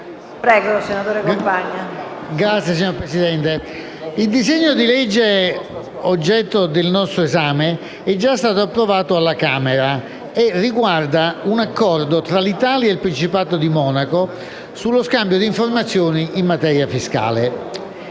il disegno di legge oggetto del nostro esame è già stato approvato dalla Camera e riguarda un accordo tra l'Italia e il Principato di Monaco sullo scambio di informazioni in materia fiscale.